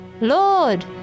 Lord